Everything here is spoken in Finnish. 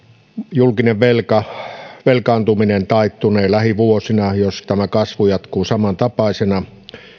julkinen velkaantuminen taittunee lähivuosina jos tämä kasvu jatkuu samantapaisena